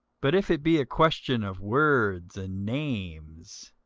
but if it be a question of words and names,